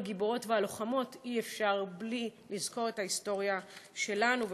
גיבורות ועל לוחמות בלי לזכור את ההיסטוריה שלנו,